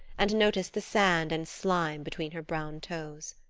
and noticed the sand and slime between her brown toes.